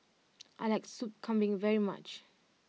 I like sup kambing very much